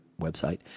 website